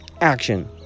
Action